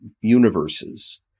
universes